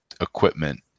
equipment